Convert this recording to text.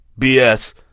BS